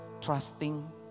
trusting